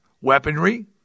weaponry